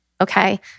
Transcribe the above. okay